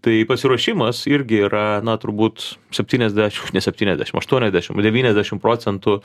tai pasiruošimas irgi yra na turbūt septyniasdešim ne septyniasdešim aštuoniasdešim devyniasdešim procentų